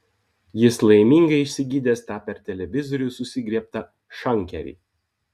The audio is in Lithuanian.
jis laimingai išsigydęs tą per televizorių susigriebtą šankerį